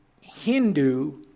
Hindu